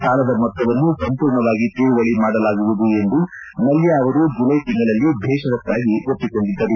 ಸಾಲದ ಮೊತ್ತವನ್ನು ಸಂಪೂರ್ಣವಾಗಿ ತೀರುವಳಿ ಮಾಡಲಾಗುವುದು ಎಂದು ಮಲ್ಲ ಅವರು ಜುಲೈ ತಿಂಗಳನಲ್ಲಿ ದೇಷರತ್ತಾಗಿ ಒಪ್ಪಿಕೊಂಡಿದ್ದರು